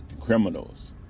criminals